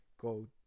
go